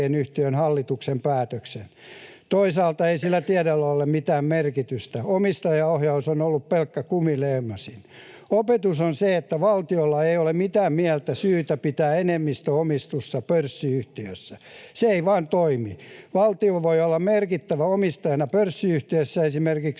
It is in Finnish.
Toisaalta ei sillä tiedolla ole mitään merkitystä. Omistajaohjaus on ollut pelkkä kumileimasin. Opetus on se, että valtiolla ei ole mitään mieltä eikä syytä pitää enemmistöomistusta pörssiyhtiössä. Se ei vain toimi. Valtio voi olla merkittävänä omistajana pörssiyhtiössä esimerkiksi